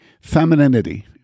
femininity